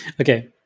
Okay